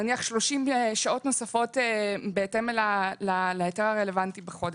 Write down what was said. נניח 30 שעות נוספות בהתאם להיתר הרלוונטי בחודש,